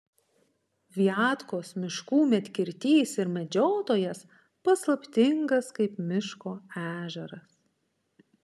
viatkos miškų medkirtys ir medžiotojas paslaptingas kaip miško ežeras